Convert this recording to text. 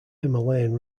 himalayan